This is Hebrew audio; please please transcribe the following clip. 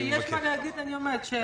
כשיש מה להגיד אני אומרת.